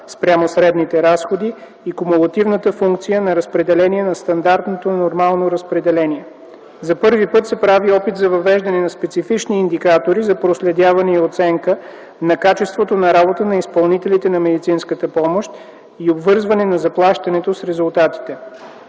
спрямо средните разходи и кумулативната функция на разпределение на стандартното нормално разпределение. За първи път се прави опит за въвеждане на специфични индикатори за проследяване и оценка на качеството на работата на изпълнителите на медицинската помощ и обвързване на заплащането с резултатите.